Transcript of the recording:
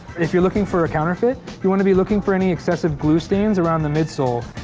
if you're looking for a counterfeit, you want to be looking for any excessive glue stains around the midsole.